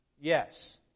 Yes